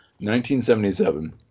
1977